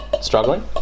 Struggling